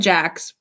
Jacks